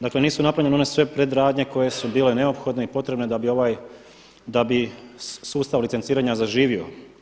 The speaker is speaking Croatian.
Dakle, nisu napravljene one sve predradnje koje su bile neophodne i potrebne da bi sustav licenciranja zaživio.